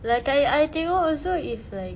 like I I tengok also if like